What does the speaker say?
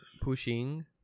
Pushing